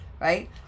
Right